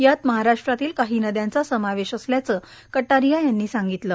यात महाराष्ट्रातील काही नदयांचा समावेश असल्याचे कटारिया यांनी सांगीतले